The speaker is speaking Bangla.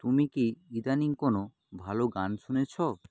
তুমি কি ইদানীং কোনো ভালো গান শুনেছো